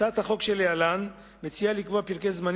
הצעת החוק שלהלן מציעה לקבוע פרקי זמן